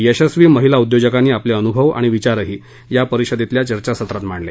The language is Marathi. यशस्वी महिला उद्योजकांनी आपले अनुभव आणि विचारही या परिषदेतल्या चर्चासत्रात मांडले